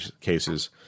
cases